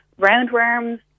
roundworms